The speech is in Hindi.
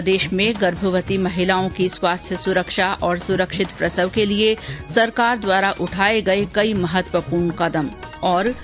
प्रदेश में गर्भवती महिलाओं की स्वास्थ्य सुरक्षा और सुरक्षित प्रसव के लिए सरकार द्वारा कई महत्वपूर्ण कदम उठाए गए